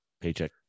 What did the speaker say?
paycheck